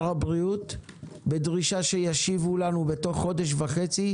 הבריאות בדרישה שישיבו לה בתוך חודש וחצי,